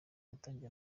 yatangije